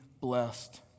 blessed